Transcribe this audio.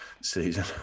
season